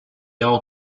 all